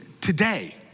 today